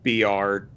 BR